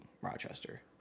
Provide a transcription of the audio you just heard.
Rochester